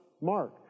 Mark